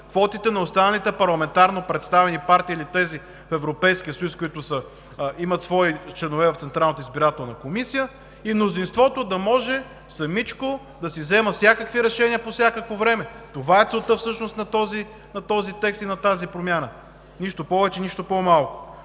квотите на останалите парламентарно представени партии или тези в Европейския съюз, които имат свои членове в Централната избирателна комисия, и мнозинството да може да си взема самό всякакви решения по всяко време – всъщност това е целта на този текст и на промяната. Нищо повече, нищо по-малко!